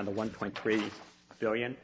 on the one point three billion